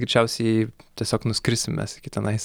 greičiausiai tiesiog nuskrisim mes iki tenais